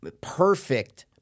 perfect